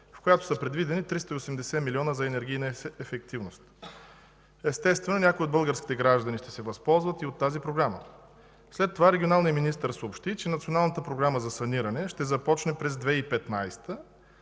в която са предвидени 380 милиона за енергийна ефективност. Естествено, някои от българските граждани ще се възползват и от тази програма. След това регионалният министър съобщи, че Националната програма за саниране ще започне през 2015